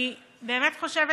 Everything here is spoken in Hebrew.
אני באמת חושבת